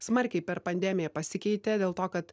smarkiai per pandemiją pasikeitė dėl to kad